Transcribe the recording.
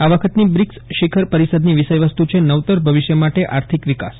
આ વખતની બ્રિક શિખર પરિષદની વિષયવસ્તુ છે નવતર ભવિષ્ય માટે આર્થિક વિકાસ